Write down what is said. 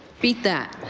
beat that.